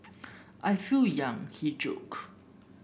I feel young he joked